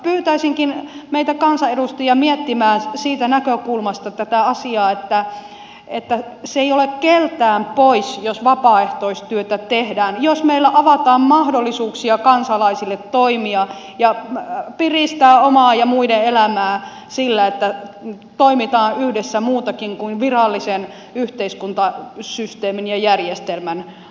pyytäisinkin meitä kansanedustajia miettimään siitä näkökulmasta tätä asiaa että se ei ole keneltäkään pois jos vapaaehtoistyötä tehtään jos meillä avataan mahdollisuuksia kansalaisille toimia ja piristää omaa ja muiden elämää sillä että toimitaan yhdessä muutenkin kuin virallisen yhteiskuntasysteemin ja järjestelmän kautta